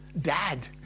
dad